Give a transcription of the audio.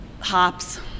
Hops